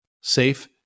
safe